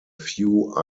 few